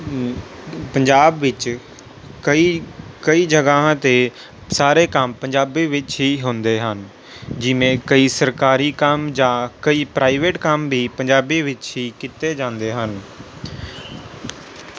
ਪੰਜਾਬ ਵਿੱਚ ਕਈ ਕਈ ਜਗ੍ਹਾਵਾਂ 'ਤੇ ਸਾਰੇ ਕੰਮ ਪੰਜਾਬੀ ਵਿੱਚ ਹੀ ਹੁੰਦੇ ਹਨ ਜਿਵੇਂ ਕਈ ਸਰਕਾਰੀ ਕੰਮ ਜਾਂ ਕਈ ਪ੍ਰਾਈਵੇਟ ਕੰਮ ਵੀ ਪੰਜਾਬੀ ਵਿੱਚ ਹੀ ਕੀਤੇ ਜਾਂਦੇ ਹਨ